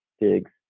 digs